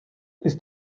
ist